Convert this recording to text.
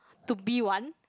to B one